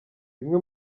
bimwe